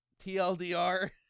TLDR